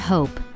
Hope